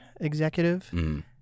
executive